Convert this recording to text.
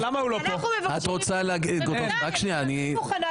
את רוצה להציג את מועמדותך?